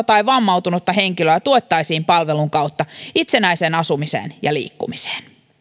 tai vammautunutta henkilöä tuettaisiin palvelun kautta itsenäiseen asumiseen ja liikkumiseen